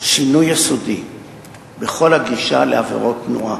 שינוי יסודי בכל הגישה לעבירות תנועה.